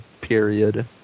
period